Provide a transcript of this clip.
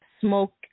smoke